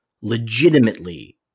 legitimately